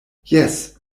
jes